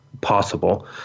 possible